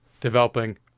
developing